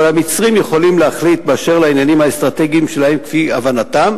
אבל המצרים יכולים להחליט באשר לעניינים האסטרטגיים שלהם כפי הבנתם,